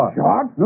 Shot